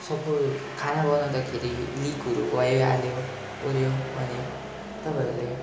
suppose खाना बनाउँदाखेरि लिकहरू भइहाल्यो अरे भने तपाईँहरूले